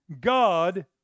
God